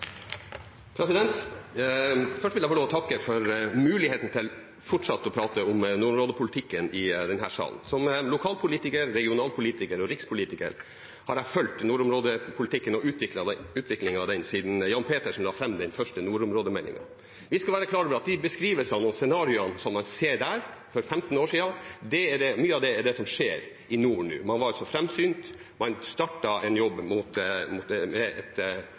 Først vil jeg få takke for muligheten til fortsatt å prate om nordområdepolitikken i denne salen. Som lokalpolitiker, regionalpolitiker og rikspolitiker har jeg fulgt nordområdepolitikken og utviklingen av den siden Jan Petersen la fram den første nordområdemeldingen. Vi skal være klar over at mange av de beskrivelsene og scenarioene som man så der – for ca. 15 år siden – er det som skjer i nord nå. Man var framsynt, man startet en jobb med et